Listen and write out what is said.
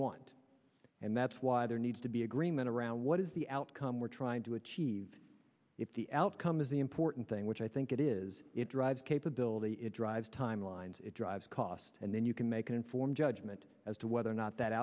want and that's why there needs to be agreement around what is the outcome we're trying to achieve if the outcome is the important thing which i think it is it drives capability it drives timelines it drives cost and then you can make an informed judgment as to whether or not that